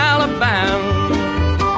Alabama